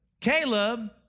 Caleb